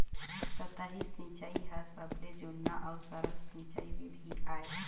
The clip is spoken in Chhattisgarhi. सतही सिंचई ह सबले जुन्ना अउ सरल सिंचई बिधि आय